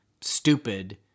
stupid